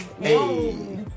hey